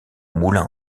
moulin